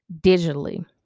digitally